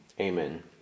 amen